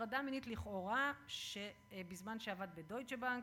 טירקל על הטרדה מינית לכאורה בזמן שעבד בדויטשה בנק.